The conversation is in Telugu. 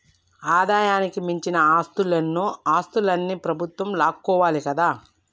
ఆదాయానికి మించిన ఆస్తులన్నో ఆస్తులన్ని ప్రభుత్వం లాక్కోవాలి కదా